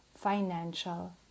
financial